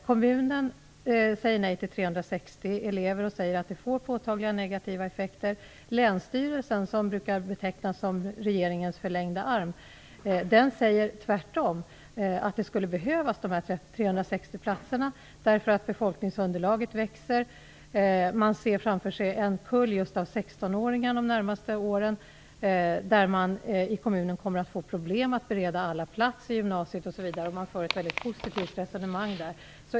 Kommunen säger nej till 360 elever och säger att det får påtagliga negativa effekter. Länsstyrelsen, som brukar betecknas som regeringens förlängda arm, säger tvärtom att de här 360 platserna skulle behövas, därför att befolkningsunderlaget växer. Man ser framför sig kullar av just 16-åringar de närmaste åren, och kommunen kommer att få problem att bereda alla plats i gymnasiet. Man för ett mycket positivt resonemang.